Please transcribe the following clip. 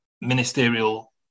ministerial